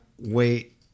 wait